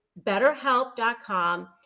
betterhelp.com